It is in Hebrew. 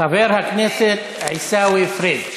חבר הכנסת עיסאווי פריג'.